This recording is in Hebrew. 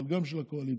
אבל גם של הקואליציה,